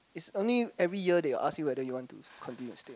is only every year they will ask you whether you want to continue your stay ah